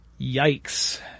Yikes